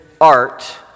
art